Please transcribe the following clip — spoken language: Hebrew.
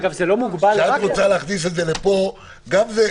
את רוצה להכניס את זה לפה גם מהסיבה